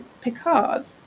Picard